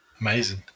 Amazing